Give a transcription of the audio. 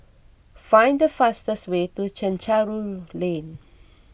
find the fastest way to Chencharu Lane